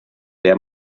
der